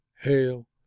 hail